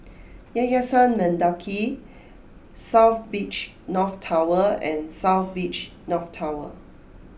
Yayasan Mendaki South Beach North Tower and South Beach North Tower